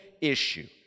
issue